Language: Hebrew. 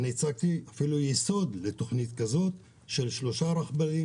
אני הצגתי יסוד לתכנית כזאת של שלושה רכבלים